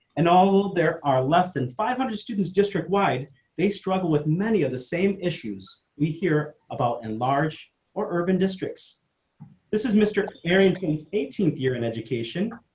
and although there are less than five hundred students district wide they struggle with many of the same issues we hear about enlarge or urban districts this is mr. aaron teens eighteenth year in education.